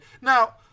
Now